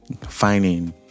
finding